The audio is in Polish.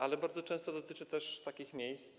Ale bardzo często dotyczy to też takich miejsc.